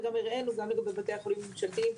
וגם הראינו גם לגבי בתי החולים הממשלתיים